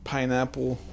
Pineapple